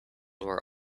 where